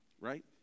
Right